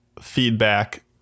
feedback